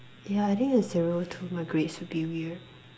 yeah adding a zero to my grades would be weird